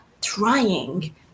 trying